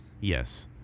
Yes